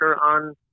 on